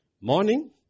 Morning